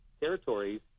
territories